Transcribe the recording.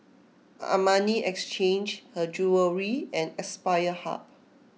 Armani Exchange Her Jewellery and Aspire Hub